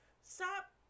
stop